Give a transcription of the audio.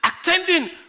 attending